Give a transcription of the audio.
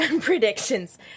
predictions